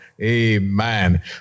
Amen